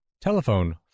Telephone